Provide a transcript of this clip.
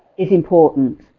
is important.